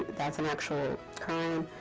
that's an actual crime.